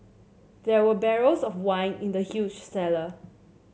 there were barrels of wine in the huge cellar